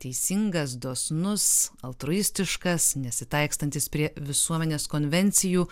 teisingas dosnus altruistiškas nesitaikstantis prie visuomenės konvencijų